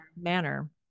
manner